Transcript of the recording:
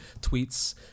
tweets